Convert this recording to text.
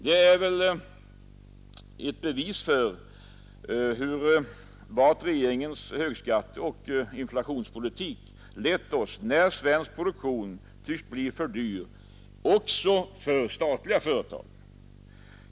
Det är ett bevis för vart regeringens högskatteoch inflationspolitik leder oss, när svensk produktion tycks bli för dyr också för statliga företag.